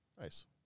nice